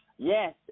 Yes